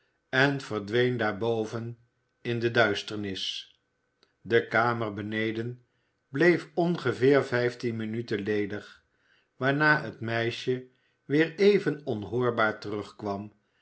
en verdween daarboven in de duisternis de kamer beneden bleef ongeveer vijftien minuten ledig waarna het meisje weer even onhoorbaar terugkwam